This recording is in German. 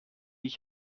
ich